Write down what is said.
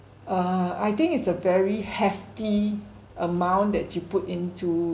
err I think it's a very hefty amount that you put into